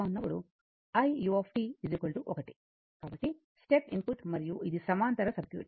కాబట్టి step input మరియు ఇది సమాంతర సర్క్యూట్